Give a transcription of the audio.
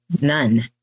none